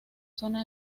zona